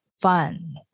fun